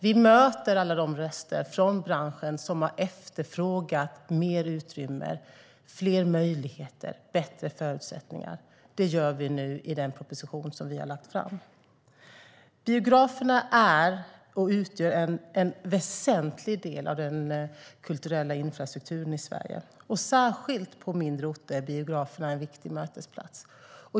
Vi möter alla de röster från branschen som har efterfrågat mer utrymme, fler möjligheter och bättre förutsättningar. Det gör vi nu i den proposition som vi har lagt fram. Biograferna är och utgör en väsentlig del av den kulturella infrastrukturen i Sverige. Särskilt på mindre orter är biografen en viktig mötesplats.